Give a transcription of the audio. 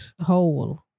hole